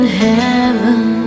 heaven